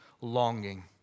longing